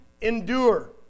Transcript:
endure